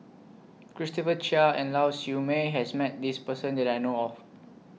Christopher Chia and Lau Siew Mei has Met This Person that I know of